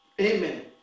amen